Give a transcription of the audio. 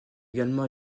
également